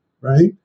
right